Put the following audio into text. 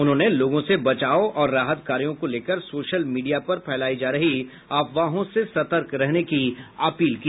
उन्होंने लोगों से बचाव और राहत कार्यों को लेकर सोशल मीडिया पर फैलाई जा रही अफवाहों से सतर्क रहने की अपील की